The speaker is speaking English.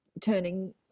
turning